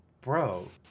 Bro